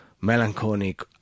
melancholic